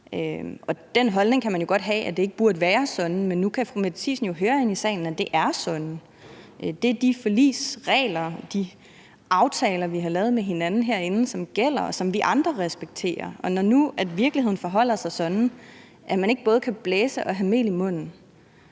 Den holdning kan man jo godt have, altså at det ikke burde være sådan, men nu kan fru Mette Thiesen jo høre her i salen, at det er sådan. Det er de forligsregler og de aftaler, vi har lavet med hinanden herinde, som gælder, og som vi andre respekterer. Og når nu virkeligheden forholder sig sådan, at man ikke både kan blæse og have mel i munden,